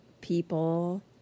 people